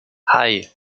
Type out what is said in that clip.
hei